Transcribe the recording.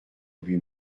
lui